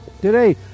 Today